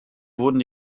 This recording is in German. wurden